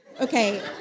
Okay